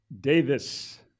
Davis